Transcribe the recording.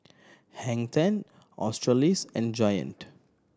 Hang Ten Australis and Giant